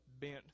bent